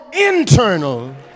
internal